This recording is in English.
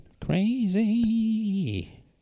Crazy